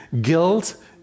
guilt